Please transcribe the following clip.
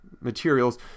materials